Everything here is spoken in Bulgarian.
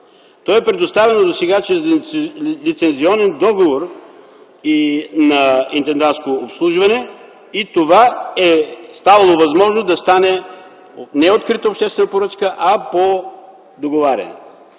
То е предоставило досега чрез лицензионен договор на „Интендантско обслужване” и това е давало възможност да стане не чрез открита обществена поръчка, а по договаряне.